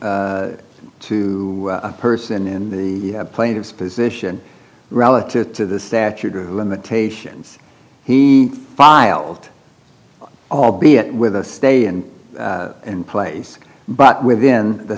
to a person in the plaintiff's position relative to the statute of limitations he filed albeit with a stay in place but within the